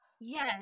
yes